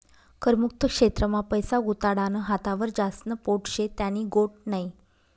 कर मुक्त क्षेत्र मा पैसा गुताडानं हातावर ज्यास्न पोट शे त्यानी गोट नै